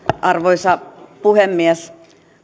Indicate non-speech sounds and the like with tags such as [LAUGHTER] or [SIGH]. [UNINTELLIGIBLE] arvoisa puhemies